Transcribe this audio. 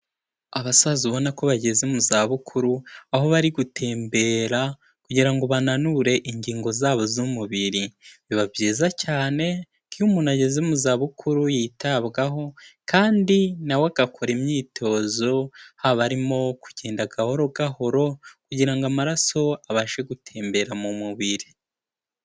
Abasaza ubona ko bageze mu za bukuru, aho bari gutembera kugira ngo bananure ingingo zabo z'umubiri, biba byiza cyane iyo umuntu ageze mu za bukuru yitabwaho kandi na we agakora imyitozo haba arimo kugenda gahoro gahoro, kugira ngo amaraso abashe gutembera mu mubiri.